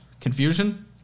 confusion